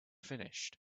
finished